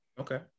Okay